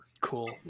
Cool